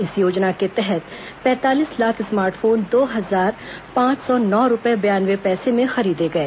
इस योजना के तहत पैंतालीस लाख स्मार्ट फोन दो हजार पांच सौ नौ रूपये बयानवे पैसे में खरीदे गए